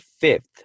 fifth